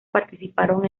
participaron